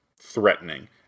threatening